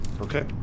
Okay